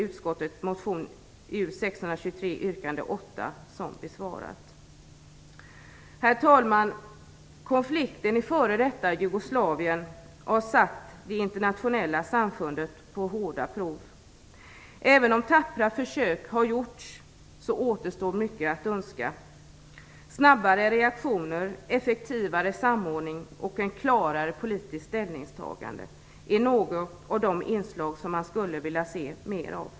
Herr talman! Konflikten i f.d. Jugoslavien har satt det internationella samfundet på hårda prov. Även om tappra försök har gjorts återstår mycket att önska. Snabbare reaktioner, effektivare samordning och ett klarare politiskt ställningstagande är några av de inslag som man skulle vilja se mer av.